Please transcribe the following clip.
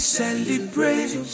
celebrate